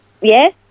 Yes